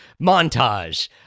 Montage